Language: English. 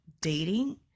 dating